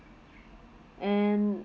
and